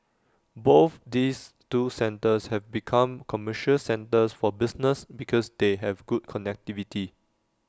both these two centres have become commercial centres for business because they have good connectivity